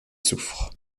souffre